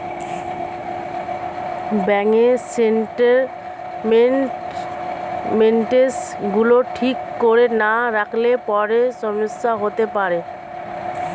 ব্যাঙ্কের স্টেটমেন্টস গুলো ঠিক করে না রাখলে পরে সমস্যা হতে পারে